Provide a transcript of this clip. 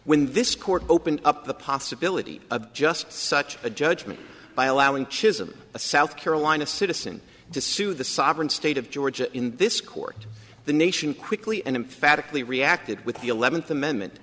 when this court opened up the possibility of just such a judgment by allowing chisholm a south carolina citizen to sue the sovereign state of georgia in this court the nation quickly and emphatically reacted with the eleventh amendment